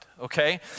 Okay